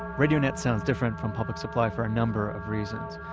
radio net sounds different from public supply for a number of reasons.